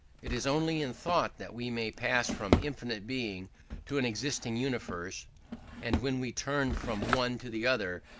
it is only in thought that we may pass from infinite being to an existing universe and when we turn from one to the other,